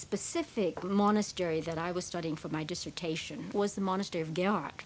specific monastery that i was studying for my dissertation was the monastery of g